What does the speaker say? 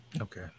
okay